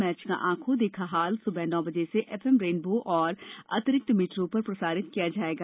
match का आंखों देखा हाल सुबह नौ बजे से एफएम रेनबो और अतिरिक्त मीटरों पर प्रसारित किया जाएगा